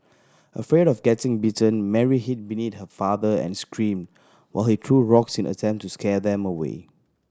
afraid of getting bitten Mary hid her father and screamed while he threw rocks in attempt to scare them away